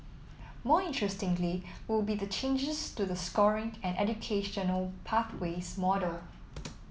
more interestingly will be the changes to the scoring and educational pathways model